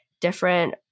different